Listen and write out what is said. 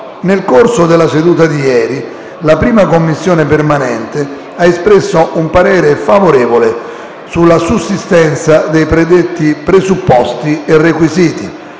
Nel corso della seduta di ieri la 1a Commissione permanente ha espresso parere favorevole sulla sussistenza dei predetti presupposti e requisiti.